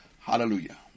hallelujah